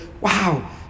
Wow